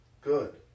good